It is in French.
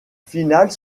finale